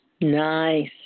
Nice